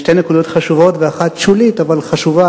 שתי נקודות חשובות ואחת שולית אבל חשובה,